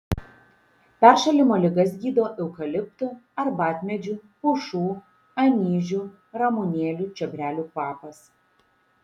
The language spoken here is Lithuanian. peršalimo ligas gydo eukaliptų arbatmedžių pušų anyžių ramunėlių čiobrelių kvapas